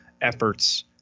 efforts